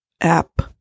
app